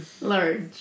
large